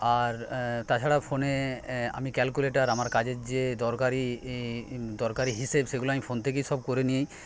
আর তাছাড়া ফোনে আমি ক্যাল্কুলেটার আমার কাজের যে দরকারি দরকারি হিসেব সেগুলো আমি ফোন থেকেই সব করেনি